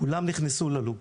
כולם נכנסו ללופ.